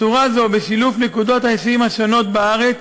תצורה זו, בשילוב נקודות ההיסעים השונות בארץ,